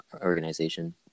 organization